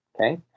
okay